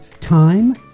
time